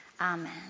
Amen